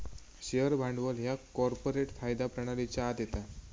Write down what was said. share भांडवल ह्या corporate कायदा प्रणालीच्या आत येता